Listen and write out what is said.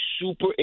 super